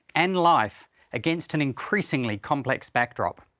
and life against an increasingly complex backdrop.